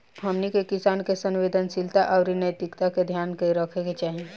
हमनी के किसान के संवेदनशीलता आउर नैतिकता के ध्यान रखे के चाही